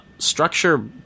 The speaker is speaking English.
structure